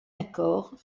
accord